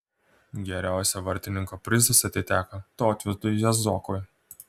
geriausio vartininko prizas atiteko tautvydui jazokui